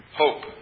hope